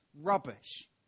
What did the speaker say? rubbish